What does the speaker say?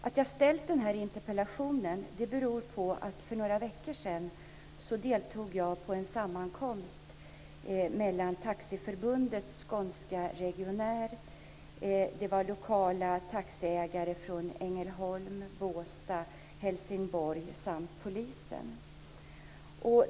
Att jag har ställt den här interpellationen beror på att jag för några veckor sedan deltog vid en sammankomst mellan Taxiförbundets skånska regionär, lokala taxiägare från Ängelholm, Båstad och Helsingborg samt företrädare för polisen.